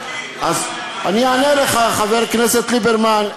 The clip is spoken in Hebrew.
אני אענה לך, חבר הכנסת ליברמן.